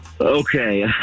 Okay